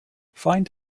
find